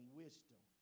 wisdom